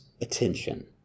attention